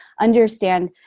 understand